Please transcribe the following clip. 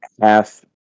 half